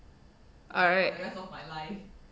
alright